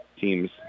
Team's